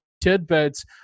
tidbits